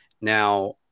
Now